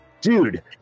dude